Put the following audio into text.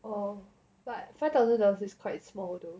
oh but five thousand dollars is quite small though